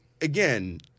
again